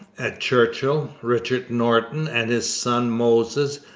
at churchill, richard norton and his son moses,